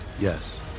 Yes